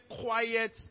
quiet